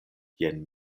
jen